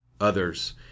others